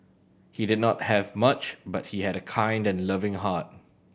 he did not have much but he had a kind and loving heart